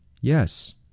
Yes